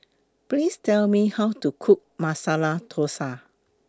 Please Tell Me How to Cook Masala Thosai